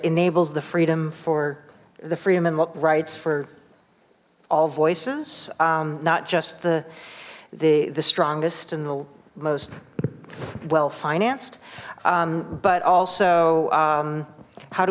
enables the freedom for the freedom and look rights for all voices not just the the strongest and the most well financed but also how do